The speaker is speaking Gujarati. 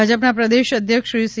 ભાજપના પ્રદેશ અધ્યક્ષ શ્રી સી